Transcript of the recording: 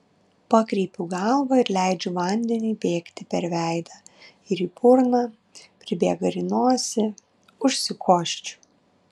pakreipiu galvą ir leidžiu vandeniui bėgti per veidą ir į burną pribėga ir į nosį užsikosčiu